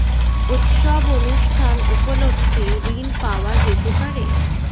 উৎসব অনুষ্ঠান উপলক্ষে ঋণ পাওয়া যেতে পারে?